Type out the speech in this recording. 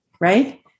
right